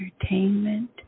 Entertainment